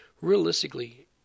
Realistically